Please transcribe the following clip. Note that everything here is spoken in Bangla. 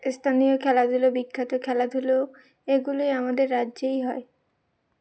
স্থানীয় খেলাধুলো বিখ্যাত খেলাধুলোও এগুলোই আমাদের রাজ্যেই হয়